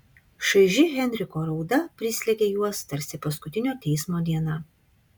šaiži henriko rauda prislėgė juos tarsi paskutinio teismo diena